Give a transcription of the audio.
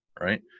right